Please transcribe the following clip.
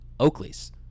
Oakley's